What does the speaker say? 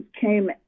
came